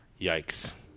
Yikes